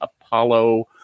Apollo